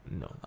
No